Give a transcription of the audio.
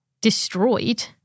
Destroyed